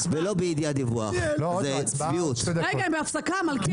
רביזיה בשעה 13:30